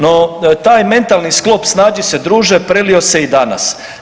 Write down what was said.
No taj mentalni sklop „snađi se druže“ prelio se i danas.